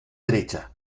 derecha